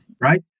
Right